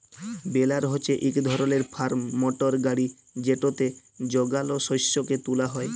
বেলার হছে ইক ধরলের ফার্ম মটর গাড়ি যেটতে যগাল শস্যকে তুলা হ্যয়